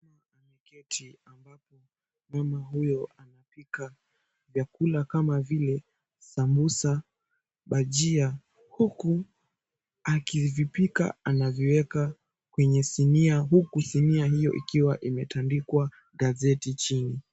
Mama ameketi ambapo mama huyo anapika vyakula kama vile sambusa, bajia huku akivipika anaviweka kwenye sinia na huku sinia hiyo ikiwa imetandikwa gazeti chini.